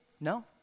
No